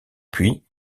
puis